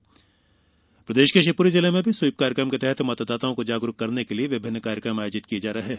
वहीं शिवपुरी जिले में स्वीप कार्यक्रम के तहत मतदाताओं को जागरूक करने के लिये विभिन्न कार्यक्रम आयोजित किये जा रहे हैं